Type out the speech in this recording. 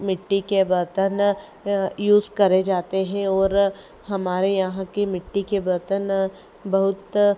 मिट्टी के बर्तन यूज़ करे जाते हैं और हमारे यहाँ के मिट्टी के बर्तन बहुत